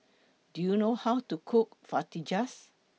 Do YOU know How to Cook Fajitas